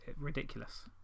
ridiculous